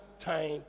Time